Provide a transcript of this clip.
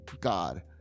God